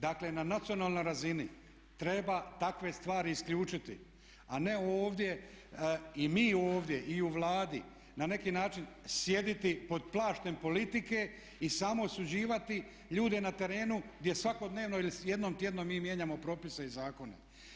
Dakle, na nacionalnoj razini treba takve stvari isključiti, a ne ovdje i mi ovdje i u Vladi na neki način sjediti pod plaštem politike i samo osuđivati ljude na terenu gdje svakodnevno ili jednom tjedno mi mijenjamo propise i zakone.